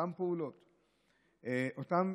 אותן פעולות, אותם